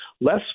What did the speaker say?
less